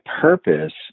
purpose